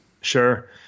sure